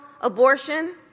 abortion